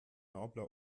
nabla